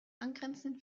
angrenzenden